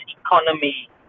economy